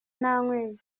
nanyoye